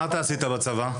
מה אתה עשית בצבא?